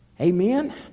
amen